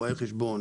רואה חשבון,